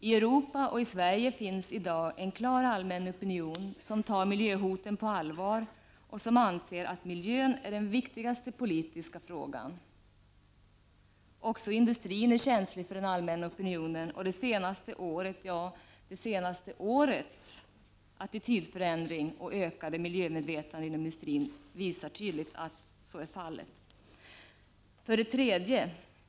I Europa och i Sverige finns i dag en klar allmän opinion som tar miljöhoten på allvar och anser att miljön är den viktigaste politiska frågan. Också industrin är känslig för den allmänna opinionen, och de senaste årens, ja, det senaste årets attitydförändring och ökade miljömedvetande inom industrin visar tydligt att så är fallet. 3.